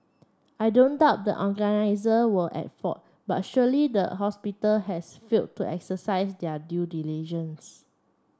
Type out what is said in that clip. I don't doubt the were at fault but surely the hospital has fail to exercise their due diligence